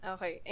Okay